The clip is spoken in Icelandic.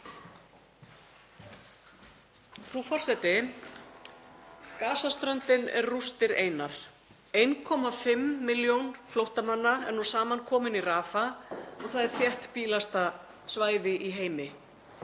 Frú forseti. Gaza-ströndin er rústir einar. 1,5 milljónir flóttamanna eru nú samankomnar í Rafah og það er þéttbýlasta svæði í heimi.